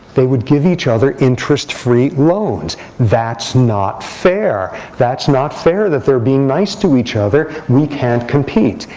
they would give each other interest-free loans. that's not fair. that's not fair that they're being nice to each other. we can't compete.